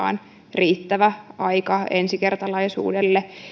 riittävä aika ensikertalaisuudelle